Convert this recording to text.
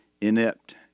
inept